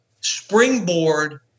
springboard